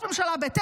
תודה רבה.